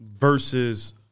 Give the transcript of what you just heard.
Versus